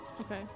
Okay